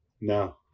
No